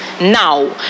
now